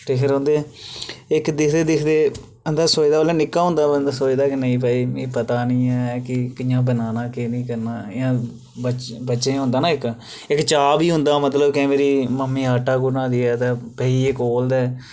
एक्क दिक्खदे दिक्खदे बंदा सोचदा उल्लै निक्का होंदा बंदा सोचदा कि नेई भाई मिगी पता नी ऐ कि कियां बनाना केह् करना जां बच्चें गी होंदा ना इक चाह् बी होंदा मतलब केईं बारी मम्मी आटा गु'न्ना दी ऐ ते बेही गे कोल ते